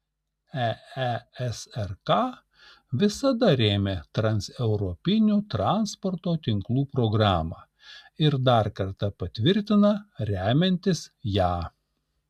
eesrk visada rėmė transeuropinių transporto tinklų programą ir dar kartą patvirtina remiantis ją